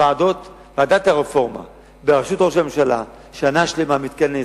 ועדת הרפורמה בראשות ראש הממשלה שנה שלמה מתכנסת,